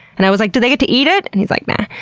and i was like, do they get to eat it, and he's like, nah,